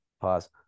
Pause